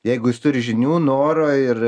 jeigu jis turi žinių noro ir